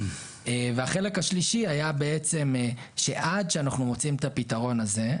החלק השלישי היה שעד שאנחנו מוצאים את הפתרון הזה,